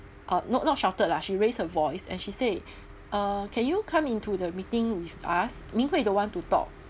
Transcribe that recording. uh not not shouted lah she raised her voice and she say uh can you come into the meeting with us ming hui don't want to talk